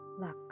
Luck